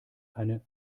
eine